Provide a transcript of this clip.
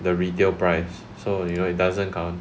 the retail price so you know it doesn't count